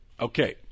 Okay